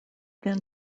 than